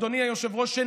אדוני היושב-ראש,